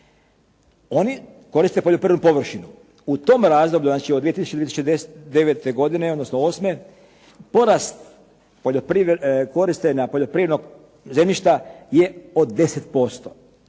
Oni koriste poljoprivrednu površinu, u tom razdoblju, znači od 2000-te do 2009. godine, odnosno 2008. porast korištenja poljoprivrednog zemljišta je od 10%.